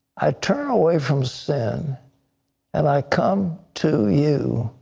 i turn away from sin and i come to you.